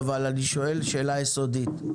אבל אני שואל שאלה יסודית.